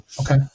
Okay